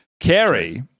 Carrie